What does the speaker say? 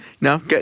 No